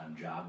job